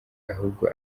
ahubwo